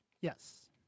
Yes